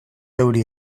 euri